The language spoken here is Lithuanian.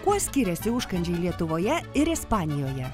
kuo skiriasi užkandžiai lietuvoje ir ispanijoje